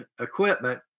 equipment